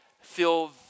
feel